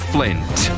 Flint